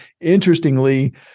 Interestingly